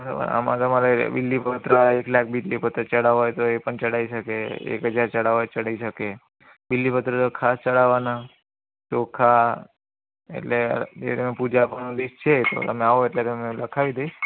બરાબર આમાં તમારે બીલીપત્ર એક લાખ બીલીપત્ર ચડાવવા હોય તો એ પણ ચડાવી શકે એક હજાર ચડાવવા હોય તો ચડાવી શકે બીલીપત્ર તો ખાસ ચડાવવાનાં ચોખા એટલે એ તમે પૂજાપાનું લિસ્ટ છે તમે આવો એટલે તમને લખાવી દઇશ